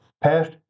past